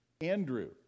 Andrew